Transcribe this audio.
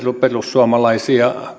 perussuomalaisia